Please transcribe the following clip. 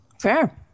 Fair